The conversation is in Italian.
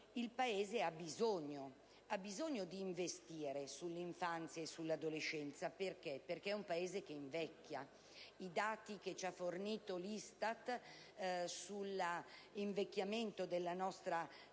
Il Paese ha bisogno di investire sull'infanzia e sull'adolescenza perché è un Paese che invecchia. I dati che ci ha fornito l'ISTAT sull'invecchiamento della nostra